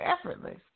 effortless